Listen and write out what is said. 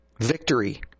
victory